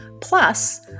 plus